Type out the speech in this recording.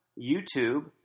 YouTube